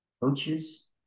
coaches